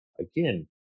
again